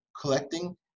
collecting